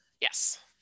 yes